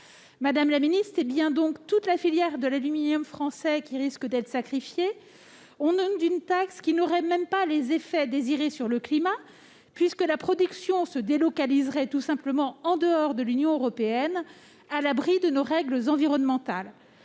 c'est donc bien toute la filière de l'aluminium français qui risque d'être sacrifiée au nom d'une taxe qui n'aurait même pas les effets désirés sur le climat, puisque la production serait tout simplement délocalisée en dehors de l'Union européenne, à l'abri de nos règles environnementales